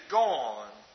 gone